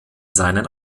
seinen